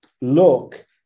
look